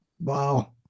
Wow